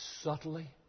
subtly